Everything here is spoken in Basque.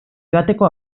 joateko